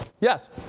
Yes